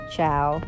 Ciao